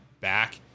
back